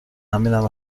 همینم